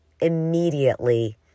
Immediately